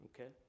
okay